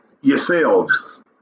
yourselves